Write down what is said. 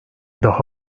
daha